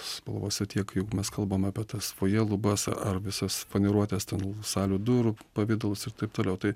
spalvose tiek jeigu mes kalbam apie tas foje lubas ar visas paniruotes ten salių durų pavidalus ir taip toliau tai